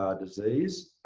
ah disease.